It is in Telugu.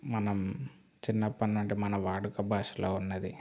మనం చిన్నప్పటి నుండి మన వాడుక భాషలో ఉన్నది